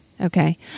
Okay